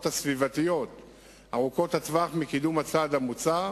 הסביבתיות ארוכות הטווח של קידום הצעד המוצע,